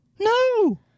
No